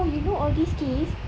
!wow! you know all these things